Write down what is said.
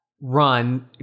run